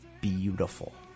beautiful